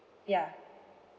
ya